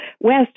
west